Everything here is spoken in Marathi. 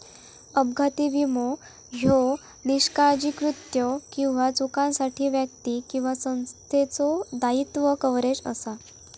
अपघाती विमो ह्यो निष्काळजी कृत्यो किंवा चुकांसाठी व्यक्ती किंवा संस्थेचो दायित्व कव्हरेज असा